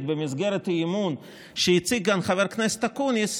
במסגרת האי-אמון שהציג כאן חבר הכנסת אקוניס,